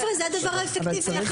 זה הדבר האפקטיבי שיש.